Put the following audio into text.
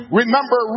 remember